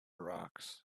rocks